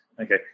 okay